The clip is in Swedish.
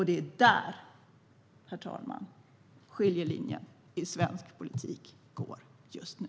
Det är där, herr talman, skiljelinjen i svensk politik går just nu.